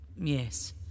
Yes